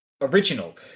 original